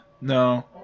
no